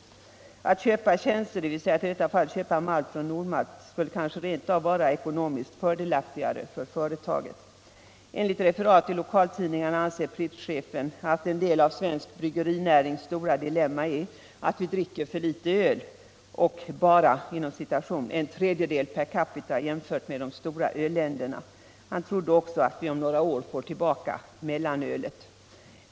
Att köpa tjänster, dvs. att i detta fall köpa malt från Nordmalt, skulle kanske rent av vara ekonomiskt fördelaktigare för företaget. Enligt referat i lokaltidningarna anser Prippschefen att en del av svensk bryggerinärings stora dilemma är att vi dricker för litet öl, ”bara” en tredjedel per capita jämfört med de stora ölländerna. Han trodde också att vi om några år får tillbaka mellanölet.